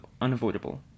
unavoidable